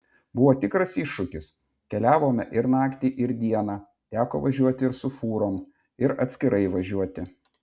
buvo tikras iššūkis keliavome ir naktį ir dieną teko važiuoti ir su fūrom ir atskirai važiuoti